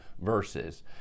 verses